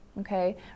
Okay